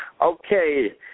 Okay